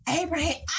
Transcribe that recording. Abraham